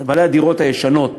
בעלי הדירות הישנות